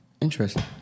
interesting